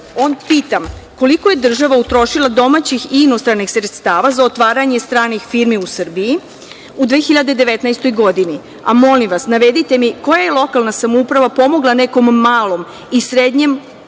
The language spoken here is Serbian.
koliko je država utrošila domaćih i inostranih sredstava za otvaranje stranih firmi u Srbiji u 2019. godini? Molim vas, navedite mi koja je lokalna samouprava pomogla nekom malom i srednjem